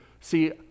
see